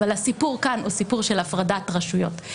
אבל הסיפור כאן הוא סיפור של הפרדת רשויות.